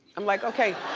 i'm like okay,